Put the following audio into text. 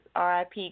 RIP